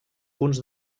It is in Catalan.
punts